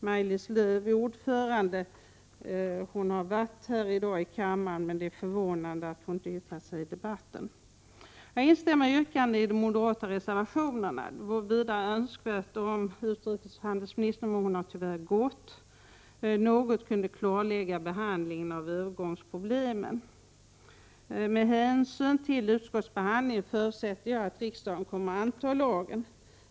Maj-Lis Lööw är ordförande i kommittén. Hon har varit här i kammaren i dag, men det är förvånande att hon inte yttrat sig i debatten. Jag instämmer i yrkandena i de moderata reservationerna. Det vore vidare önskvärt om utrikeshandelsministern — hon har tyvärr gått — något kunde 55 handlingen förutsätter jag att riksdagen kommer att anta lagen.